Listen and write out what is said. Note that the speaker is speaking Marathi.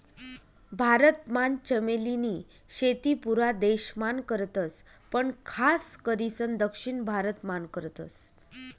भारत मान चमेली नी शेती पुरा देश मान करतस पण खास करीसन दक्षिण भारत मान करतस